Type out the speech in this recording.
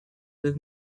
with